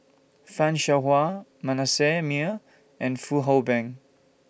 fan Shao Hua Manasseh Meyer and Fong Hoe Beng